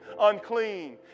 unclean